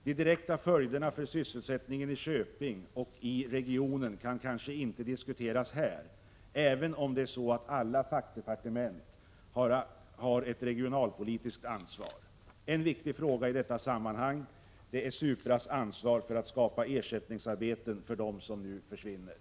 De direkta följderna för sysselsättningen i Köping och i regionen kan kanske inte diskuteras här, även om det är så att alla fackdepartement också har ett regionalpolitiskt ansvar. En viktig fråga är i detta sammanhang Supras ansvar för att skapa ersättningsarbeten för dem som nu försvinner.